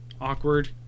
Awkward